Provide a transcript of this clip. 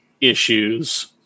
issues